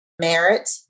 merit